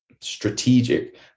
strategic